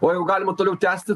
o jau galima toliau tęsti